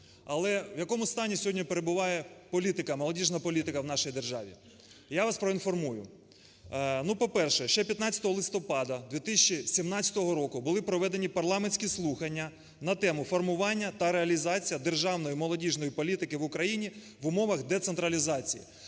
Але в якому стані сьогодні перебуває політика, молодіжна політика в нашій державі? Я вас проінформую. Ну, по-перше, ще 15 листопада 2017 року були проведені парламентські слухання на тему: "Формування та реалізація державної молодіжної політики в Україні в умовах децентралізації".